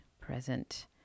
present